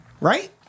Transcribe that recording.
right